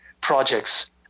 projects